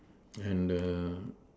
and